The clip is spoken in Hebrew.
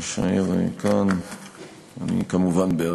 אני כמובן בעד.